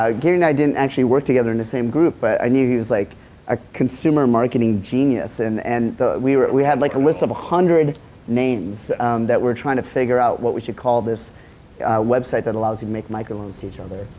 gary and i didnit actually work together in the same group but i knew he was like a consumer marketing genius and and we we had like a list of a hundred names that weire trying to figure out what we should call this website that allows you to make microloans to each other.